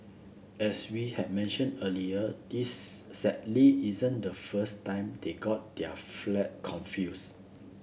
as we had mentioned earlier this sadly isn't the first time they got their flags confused